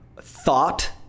thought